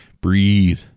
Breathe